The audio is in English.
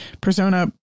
persona